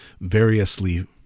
variously